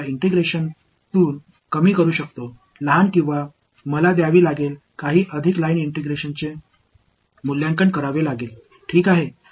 எனவே இந்த கூறுகளை ஒருங்கிணைப்பிலிருந்து நான் அகற்ற முடியும் அதற்கு விலையாக நான் இன்னும் சில லைன் இன்டெக்ரால்ஸ்களை சரி மதிப்பீடு செய்ய வேண்டும்